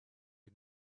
you